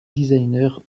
designer